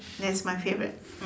that's my favourite